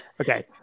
Okay